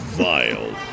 vile